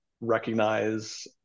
recognize